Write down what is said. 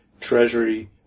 Treasury